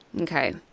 Okay